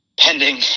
pending